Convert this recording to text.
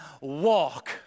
walk